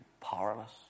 powerless